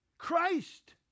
Christ